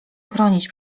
chronić